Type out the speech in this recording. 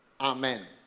Amen